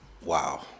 Wow